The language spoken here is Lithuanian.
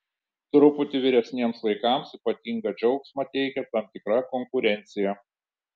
truputį vyresniems vaikams ypatingą džiaugsmą teikia tam tikra konkurencija